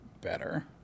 better